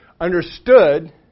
understood